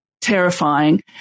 terrifying